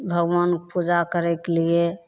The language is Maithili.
भगवानके पूजा करैके लिए